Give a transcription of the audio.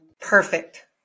Perfect